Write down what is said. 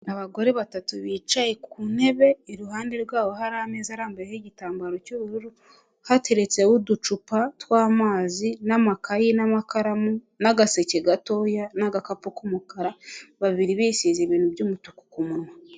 Abagore batatu bicaye ku ntebe, iruhande rwabo hari amezi arambuye nk'igitambaro cy'ubururu, hateretse uducupa tw'amazi n'amakayi n'amakaramu n'agaseke gatoya n'agakapu k'umukara, babiri bisize ibintu by'umutuku ku munwa.